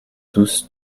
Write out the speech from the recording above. tous